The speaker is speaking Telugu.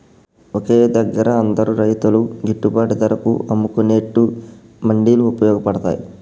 ఒకే దగ్గర అందరు రైతులు గిట్టుబాటు ధరకు అమ్ముకునేట్టు మండీలు వుపయోగ పడ్తాయ్